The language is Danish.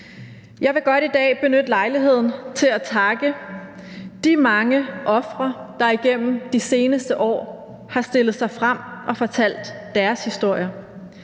Jeg vil godt i dag benytte lejligheden til at takke de mange ofre, der igennem de seneste år har stillet sig frem og fortalt deres historier.